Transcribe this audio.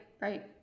Right